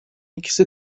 ikisi